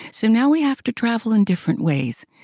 so now we have to travel in different ways,